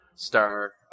star